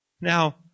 Now